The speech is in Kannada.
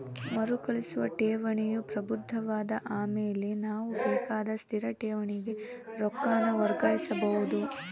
ಮರುಕಳಿಸುವ ಠೇವಣಿಯು ಪ್ರಬುದ್ಧವಾದ ಆಮೇಲೆ ನಾವು ಬೇಕಾರ ಸ್ಥಿರ ಠೇವಣಿಗೆ ರೊಕ್ಕಾನ ವರ್ಗಾಯಿಸಬೋದು